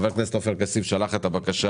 גם חבר הכנסת עופר כסיף שלח את הבקשה